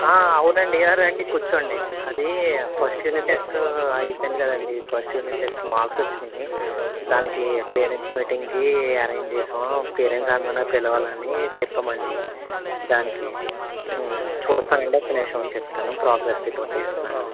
అవునండి రండి వచ్చి కూర్చోండి అది ఫస్ట్ యూనిట్ టెస్ట్ అయిపోయింది కదండి ఫస్ట్ యూనిట్ టెస్ట్ మార్క్స్ వచ్చినాయీ దానికి పేరెంట్స్ మీటింగ్కి అరేంజ్ చేసాం పేరెంట్స్ అందరినీ పిలవాలని చెప్పామండి దానికి చూస్తానండి ఒక్క నిమిషం చెప్తాను పోగ్రస్ రిపోర్ట్ తీస్తున్నాను